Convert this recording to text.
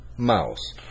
Mouse